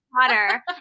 Potter